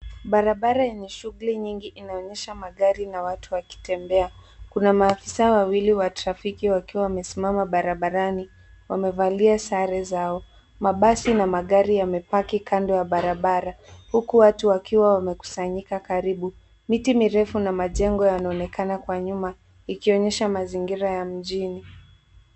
Barabara yenye shughuli nyingi inaonyesha magari na watu wakitembea. Kuna maafisa wawili wa trafiki wakiwa wamesimama barabarani, wamevalia sare zao. Mabasi na magari yamepaki kando ya barabara huku watu wakiwa wamekusanyika karibu. Miti mirefu na majengo yanaonekana kwa nyuma, ikionyesha mazingira ya mjini.